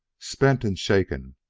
spent and shaken,